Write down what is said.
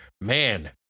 man